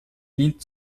dient